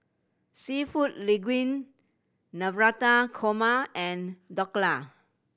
Seafood Linguine Navratan Korma and Dhokla